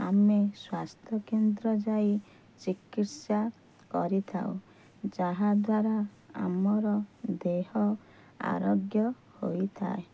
ଆମେ ସ୍ୱାସ୍ଥ୍ୟକେନ୍ଦ୍ର ଯାଇ ଚିକିତ୍ସା କରିଥାଉ ଯାହାଦ୍ଵାରା ଆମର ଦେହ ଆରୋଗ୍ୟ ହୋଇଥାଏ